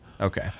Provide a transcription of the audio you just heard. Okay